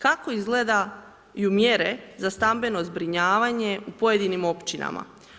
Kako izgledaju mjere za stambeno zbrinjavanje u pojedinim općinama?